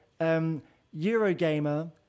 Eurogamer